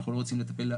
אנחנו לא רוצים לטפל.